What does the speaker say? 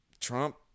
Trump